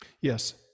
yes